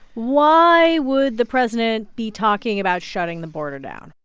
why would the president be talking about shutting the border down?